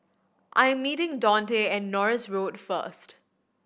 I am meeting Daunte at Norris Road first